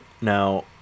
Now